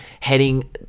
heading